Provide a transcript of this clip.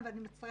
ואני מצטער